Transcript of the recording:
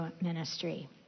ministry